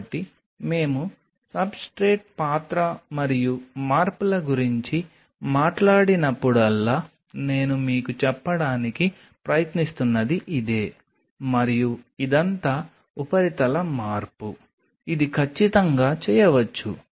కాబట్టి మేము సబ్స్ట్రేట్ పాత్ర మరియు మార్పుల గురించి మాట్లాడినప్పుడల్లా నేను మీకు చెప్పడానికి ప్రయత్నిస్తున్నది ఇదే మరియు ఇదంతా ఉపరితల మార్పు ఇది ఖచ్చితంగా చేయవచ్చు